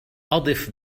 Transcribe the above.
أضف